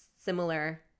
similar